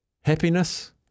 Happiness